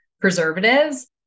preservatives